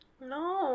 No